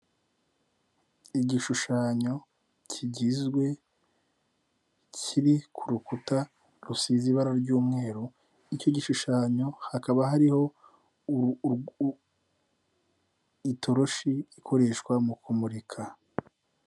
Igishushanyo kigizwe kiri ku rukuta rusize ibara ry'umweru, icyo gishushanyo hakaba hariho itoroshi ikoreshwa mu kumurika.